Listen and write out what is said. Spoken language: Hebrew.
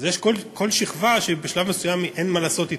אז יש כל שכבה שבשלב מסוים אין מה לעשות אתה,